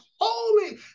holy